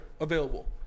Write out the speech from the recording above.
available